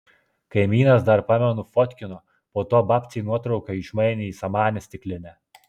kaimynas dar pamenu fotkino po to babcei nuotrauką išmainė į samanės stiklinę